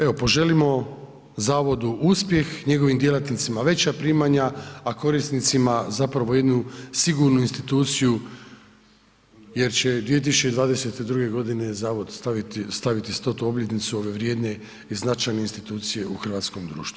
Evo poželimo zavodu uspjeh, njegovim djelatnicima veća primanja a korisnicima zapravo jednu sigurnu instituciju jer će 2022. godine zavod slaviti 100.-tu obljetnicu ove vrijedne i značajne institucije u hrvatskom društvu.